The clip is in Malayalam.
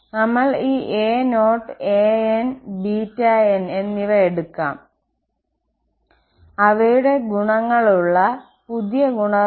നമ്മൾ ഈ α0 αn βn എന്നിവ എടുക്കാം അവയുടെ ഗുണങ്ങളുള്ള പുതിയ ഗുണകങ്ങൾ